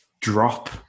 drop